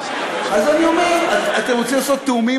אז אני אומר: אתם רוצים לעשות תיאומים?